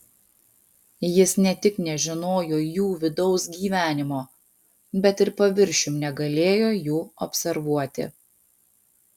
jis ne tik nežinojo jų vidaus gyvenimo bet ir paviršium negalėjo jų observuoti